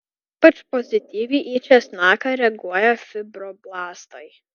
ypač pozityviai į česnaką reaguoja fibroblastai